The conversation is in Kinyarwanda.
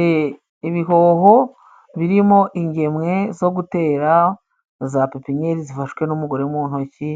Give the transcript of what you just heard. Ee! Ibihoho birimo ingemwe zo gutera za pepinyeri zifashwe n'umugore mu ntoki,